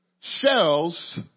shells